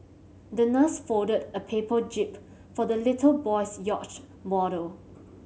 the nurse folded a paper jib for the little boy's yacht model